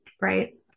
right